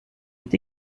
est